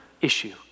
issue